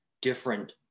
different